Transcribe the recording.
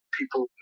people